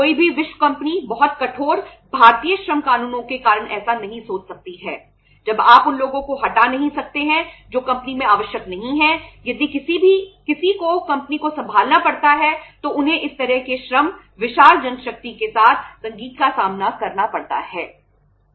कोई भी विश्व कंपनी बहुत कठोर भारतीय श्रम कानूनों के कारण ऐसा नहीं सोच सकती है जब आप उन लोगों को हटा नहीं सकते हैं जो कंपनी में आवश्यक नहीं हैं यदि किसी को कंपनी को संभालना पड़ता है तो उन्हें इस तरह के श्रम विशाल जनशक्ति के साथ संगीत का सामना करना पड़ता है